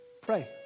Pray